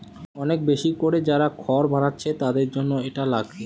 অনেক বেশি কোরে যারা খড় বানাচ্ছে তাদের জন্যে এটা লাগে